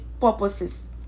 purposes